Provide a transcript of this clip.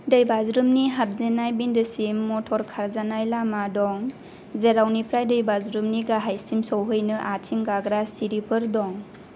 दैबाज्रुमनि हाबजेननाय बिनदोसिम मटर खारजानाय लामा दं जेरावनिफ्राय दैबाज्रुमनि गाहायसिम सौहैनो आथिं गाग्रा सिरिफोर दं